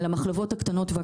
על המחלבות הקטנות.